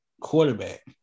quarterback